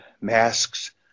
masks